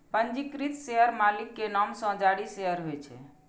पंजीकृत शेयर मालिक के नाम सं जारी शेयर होइ छै